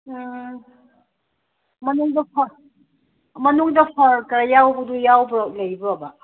ꯑ ꯃꯅꯨꯡꯗꯣ ꯃꯅꯨꯡꯗ ꯐꯔꯒ ꯌꯥꯎꯕꯗꯨ ꯌꯥꯎꯕ꯭ꯔꯣ ꯂꯩꯕ꯭ꯔꯣꯕ